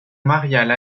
mariale